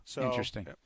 interesting